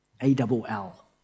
A-double-L